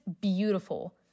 beautiful